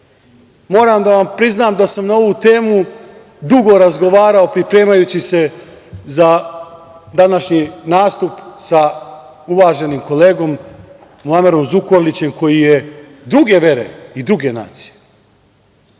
da vam priznam da sam na ovu temu dugo razgovarao pripremajući se za današnji nastup sa uvaženim kolegom, Muamerom Zukorlićem, koji je druge vere i druge nacije,